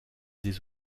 des